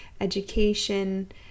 education